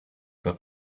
that